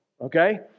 okay